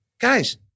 Guys